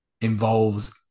involves